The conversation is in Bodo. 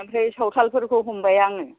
ओमफ्राय सावथालफोरखौ हमबाय आङो